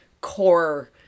core